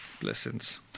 Blessings